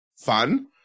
fun